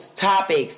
topics